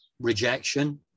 rejection